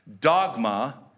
Dogma